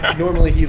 and normally,